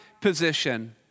position